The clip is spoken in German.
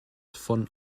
von